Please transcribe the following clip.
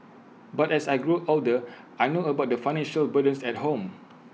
but as I grew older I know about the financial burdens at home